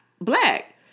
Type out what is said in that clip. black